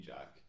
Jack